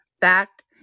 Fact